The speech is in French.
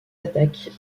attaques